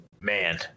man